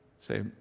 Say